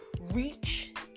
reach